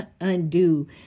undo